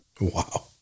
Wow